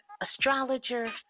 astrologer